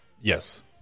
Yes